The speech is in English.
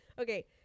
Okay